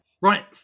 right